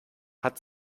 hat